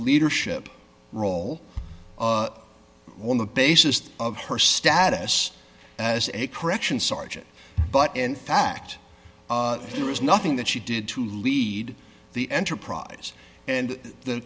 leadership role on the basis of her status as a correction sergeant but in fact there was nothing that she did to lead the enterprise and the